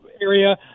area